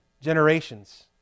generations